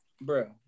bro